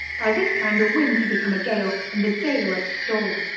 by this time the wind had become a gale, and the gale a storm.